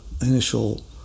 initial